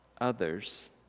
others